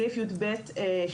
סעיף י"ב2,